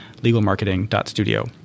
legalmarketing.studio